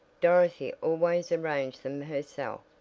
dorothy always arranged them herself,